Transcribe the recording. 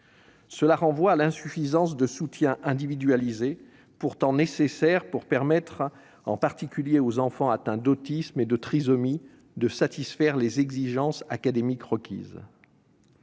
est insuffisant, alors qu'il est pourtant nécessaire pour permettre, en particulier aux enfants atteints d'autisme et de trisomie, de satisfaire les exigences académiques requises.